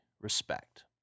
respect